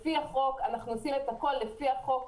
אנחנו עושים הכול לפי החוק.